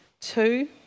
Two